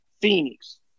Phoenix